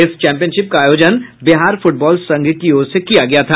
इस चैंपियनशिप का आयोजन बिहार फुटबॉल संघ की ओर से किया गया था